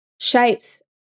shapes